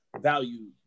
value